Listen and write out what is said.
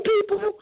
people